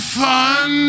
fun